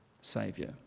saviour